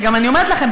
וגם אני אומרת לכם,